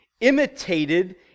imitated